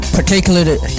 particularly